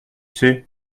sais